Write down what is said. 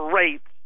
rates